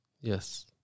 Yes